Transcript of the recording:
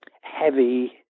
heavy